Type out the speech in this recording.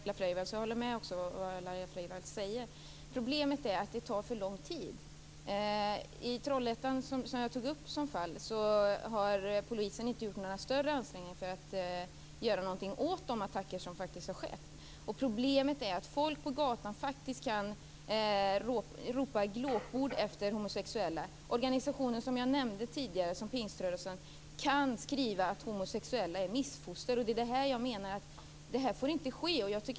Fru talman! Jag förstår och håller med om det Laila Freivalds säger. Problemet är att det tar för lång tid. I Trollhättan, som jag tog upp som fall, har polisen inte gjort några större ansträngningar för att göra någonting åt de attacker som faktiskt har skett. Problemet är att folk på gatan kan ropa glåpord efter homosexuella. Sådana organisationer - som jag tidigare nämnde - som pingströrelsen kan skriva att homosexuella är missfoster. Detta får inte ske.